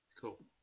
Cool